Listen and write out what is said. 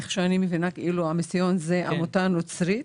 המיסיון זה עמותה נוצרית?